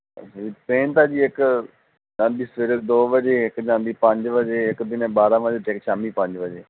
ਹਾਂਜੀ ਟਰੇਨ ਤਾਂ ਜੀ ਇੱਕ ਜਾਂਦੀ ਸਵੇਰੇ ਦੋ ਵਜੇ ਇੱਕ ਜਾਂਦੀ ਪੰਜ ਵਜੇ ਇੱਕ ਦਿਨੇ ਬਾਰ੍ਹਾਂ ਵਜੇ ਅਤੇ ਇੱਕ ਸ਼ਾਮੀ ਪੰਜ ਵਜੇ